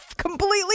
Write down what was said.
Completely